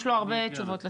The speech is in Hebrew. יש לו הרבה תשובות לתת.